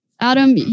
Adam